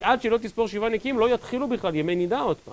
ועד שלא תספור שבע נקיים לא יתחילו בכלל ימי נידה עוד פעם